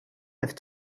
have